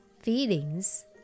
Feelings